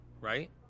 right